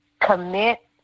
commit